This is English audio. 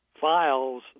files